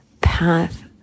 path